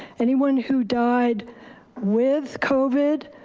anyone who died with covid,